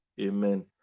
amen